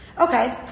okay